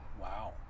Wow